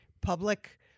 public